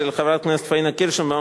של חברת הכנסת פניה קירשנבאום,